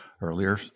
earlier